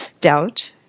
Doubt